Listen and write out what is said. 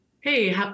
hey